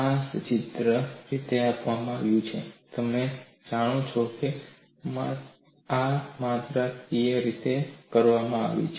આ સચિત્ર રીતે આપવામાં આવ્યું છે તમે જાણો છો કે અમે આ માત્રાત્મક રીતે કરવા માંગીએ છીએ